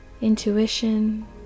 intuition